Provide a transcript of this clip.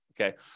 okay